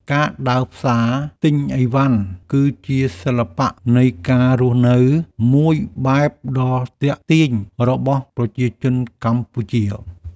ការដើរផ្សារទិញអីវ៉ាន់គឺជាសិល្បៈនៃការរស់នៅមួយបែបដ៏ទាក់ទាញរបស់ប្រជាជនកម្ពុជា។